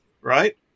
right